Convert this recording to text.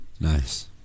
nice